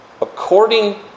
according